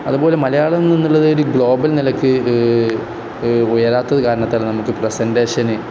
അതുപോലെ മലയാളം എന്നുള്ളത് ഒരു ഗ്ലോബൽ നിലയ്ക്ക് ഉയരാത്തത് കാരണം തന്നെ നമുക്ക് പ്രസൻറ്റേഷന്